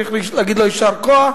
צריך להגיד לו יישר כוח.